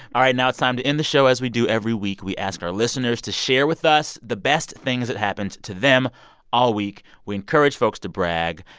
all right, now it's time to end the show as we do every week. we ask our listeners to share with us the best things that happened to them all week. we encourage folks to brag.